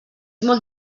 molt